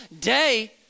day